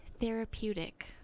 therapeutic